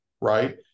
right